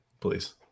Please